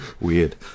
Weird